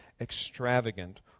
extravagant